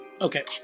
Okay